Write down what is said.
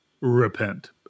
Repent